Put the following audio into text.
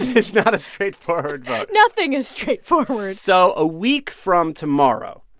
it's not a straightforward vote nothing is straightforward so a week from tomorrow,